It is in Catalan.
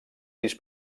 sis